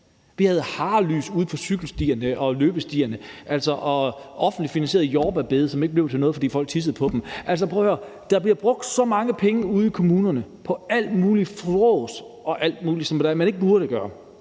De har farvelys på cykelstierne og løbestierne og offentligt finansierede jordbærbede, som ikke blev til noget, fordi folk tissede på dem. Altså, der bliver brugt så mange penge ude i kommunerne på alt muligt frås og alt muligt, man ikke burde gøre.